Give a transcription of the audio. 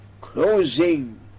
closing